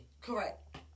Correct